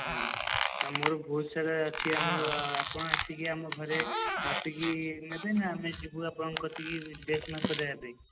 ହଁ ନା ମୋର ବହୁତସାରା ଅଛି ଆମର ଆପଣ ଆସିକି ଆମ ଘରେ ମାପିକି ନେବେନା ଆମେ ଯିବୁ ଆପଣଙ୍କ ପାଖକୁ ଡ୍ରେସ୍ ମାପ ଦେବାପାଇଁ